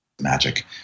magic